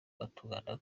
batugana